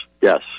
yes